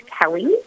Kelly